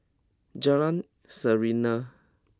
Jalan Serene